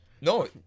No